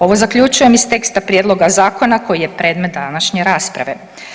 Ovo zaključujem iz teksta prijedloga zakona koji je predmet današnje rasprave.